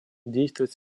действовать